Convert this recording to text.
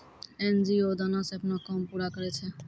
NGO दानो से अपनो काम पूरा करै छै